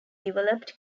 developed